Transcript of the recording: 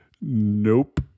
nope